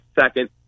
second